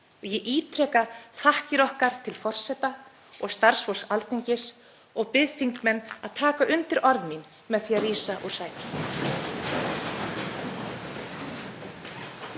Ég ítreka þakkir okkar til forseta og starfsfólks Alþingis og bið þingmenn að taka undir orð mín með því að rísa úr sætum.